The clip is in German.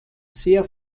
sehr